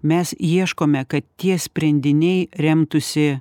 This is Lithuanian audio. mes ieškome kad tie sprendiniai remtųsi